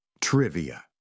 Trivia